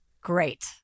Great